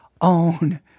own